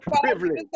privilege